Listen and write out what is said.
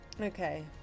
okay